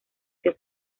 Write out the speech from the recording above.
que